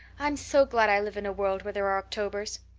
i'm so glad i live in a world where there are octobers.